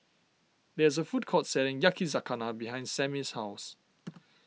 there is a food court selling Yakizakana behind Sammie's house